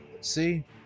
See